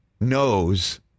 knows